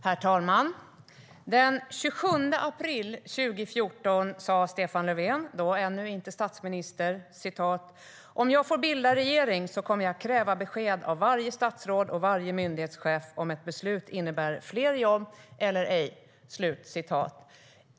Herr talman! Den 27 april 2014 sa Stefan Löfven, då ännu inte statsminister: "Om jag får bilda regering kommer jag att kräva besked av varje statsråd och varje myndighetschef om ett beslut innebär fler jobb eller ej".